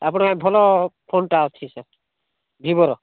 ଆପଣଙ୍କ ପାଇଁ ଭଲ ଫୋନ୍ଟା ଅଛି ସାର୍ ଭିଭୋର